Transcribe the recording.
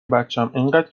بچم، انقدر